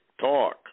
talk